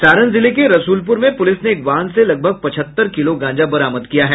सारण जिले के रसूलपुर में पुलिस ने एक वाहन से लगभग पचहत्तर किलो गांजा बरामद किया है